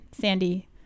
Sandy